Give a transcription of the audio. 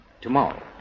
tomorrow